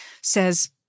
says